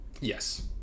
Yes